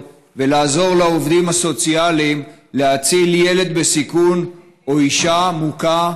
ולעזור לעובדים הסוציאליים להציל ילד בסיכון או אישה מוכה,